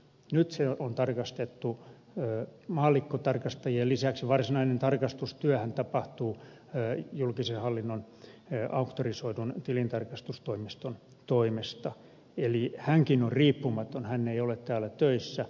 nyt se on tarkastettu maallikkotarkastajien lisäksi varsinainen tarkastustyöhän tapahtuu julkisen hallinnon auktorisoidun tilintarkastustoimiston toimesta eli tämäkin tarkastaja on riippumaton hän ei ole täällä töissä